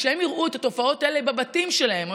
כשהם יראו את התופעות האלה בבתים שלהם או